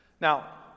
Now